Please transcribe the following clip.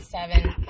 seven